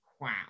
Wow